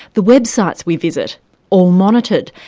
the websites we visit all monitored,